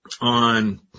on